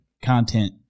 content